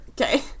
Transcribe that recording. Okay